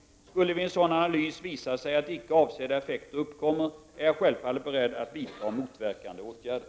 Skulle det vid en sådan analys visa sig att icke avsedda effekter uppkommer är jag självfallet beredd att vidta motverkande åtgärder.”